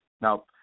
Now